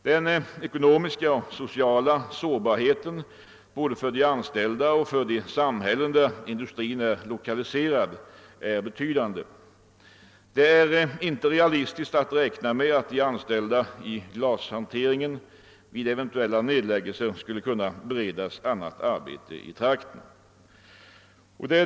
Den ekonomiska och sociala sårbarheten för både de anställda och de samhällen där industrin är lokaliserad är betydande. Det är inte realistiskt att räkna med att de anställda inom glashanteringen vid eventuella nedläggningar skall kunna beredas annat arbete i trakten.